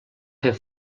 fer